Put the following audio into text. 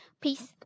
Peace